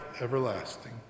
everlasting